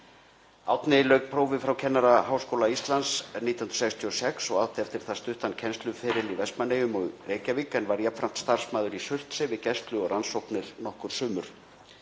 Árni lauk prófi frá Kennaraskóla Íslands 1966 og átti eftir það stuttan kennsluferil í Vestmannaeyjum og Reykjavík en var jafnframt starfsmaður í Surtsey við gæslu og rannsóknir nokkur sumur.